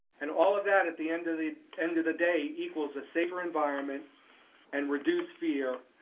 and all of that at the end the end of the day equals a safer environment and reduced fear,